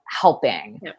helping